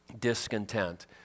discontent